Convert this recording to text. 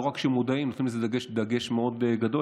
לא רק שמודעים, נותנים לזה דגש מאוד גדול.